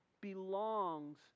belongs